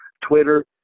Twitter